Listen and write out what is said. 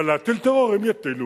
אבל להטיל טרור הם יטילו,